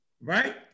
right